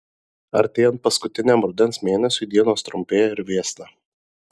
artėjant paskutiniam rudens mėnesiui dienos trumpėja ir vėsta